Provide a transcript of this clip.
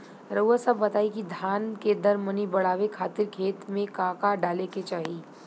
रउआ सभ बताई कि धान के दर मनी बड़ावे खातिर खेत में का का डाले के चाही?